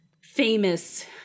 famous